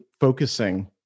focusing